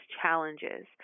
challenges